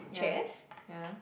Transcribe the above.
yeah yeah